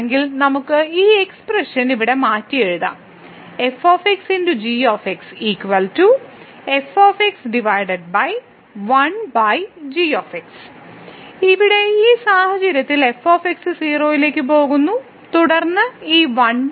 അങ്ങനെയാണെങ്കിൽ നമുക്ക് ഈ എക്സ്പ്രഷൻ ഇവിടെ മാറ്റിയെഴുതാം ഇവിടെ ഈ സാഹചര്യത്തിൽ f 0 ലേക്ക് പോകുന്നു തുടർന്ന് ഈ 1g ഉം 0 ലേക്ക് പോകും